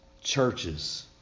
churches